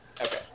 Okay